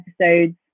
episodes